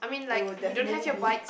it would definitely be